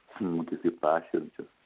smūgis į paširdžius